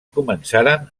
començaren